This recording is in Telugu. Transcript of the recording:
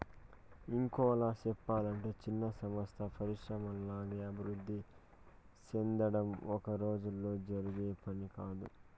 ఇంకోలా సెప్పలంటే చిన్న సంస్థలు పరిశ్రమల్లాగా అభివృద్ధి సెందడం ఒక్కరోజులో జరిగే పని కాదు